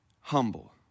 humble